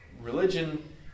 religion